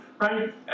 right